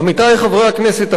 עמיתי חברי הכנסת,